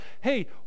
hey